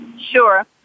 Sure